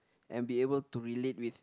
and be able to relate with